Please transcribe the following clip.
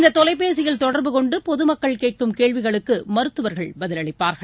இந்ததொலைபேசியில் தொடர்பு கொண்டுபொதுமக்கள் கேட்கும் கேள்விகளுக்குமருத்துவர்கள் பதிலளிப்பார்கள்